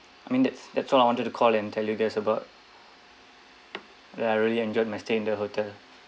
I mean that's that's all I wanted to call and tell you guys about that I really enjoyed my stay in the hotel